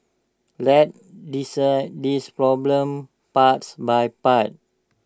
let's dissect this problem parts by part